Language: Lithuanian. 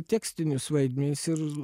tekstinius vaidmenis ir